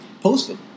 posted